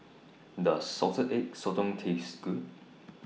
Does Salted Egg Sotong Taste Good